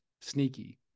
sneaky